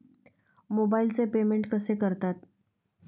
मोबाइलचे पेमेंट कसे करतात?